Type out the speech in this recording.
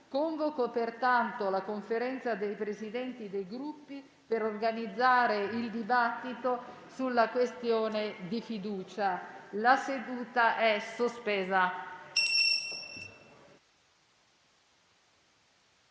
Convoco pertanto la Conferenza dei Presidenti dei Gruppi per organizzare il dibattito sulla questione di fiducia. Avverto che